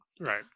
right